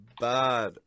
bad